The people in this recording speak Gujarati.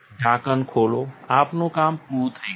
ઢાંકણ ખોલો આપણું કામ પૂરું થઈ ગયું